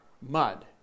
mud